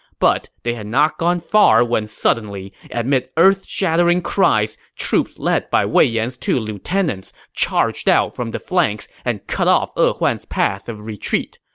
but they had not gone far when suddenly, amid earth-shattering cries, troops led by wei yan's two lieutenants charged out from the flanks and cut off e huan's path of retreat.